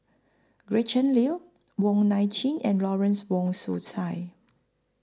Gretchen Liu Wong Nai Chin and Lawrence Wong Shyun Tsai